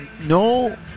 No